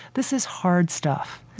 this is hard stuff,